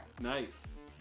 Nice